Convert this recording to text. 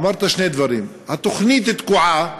אמרת שני דברים: התוכנית תקועה,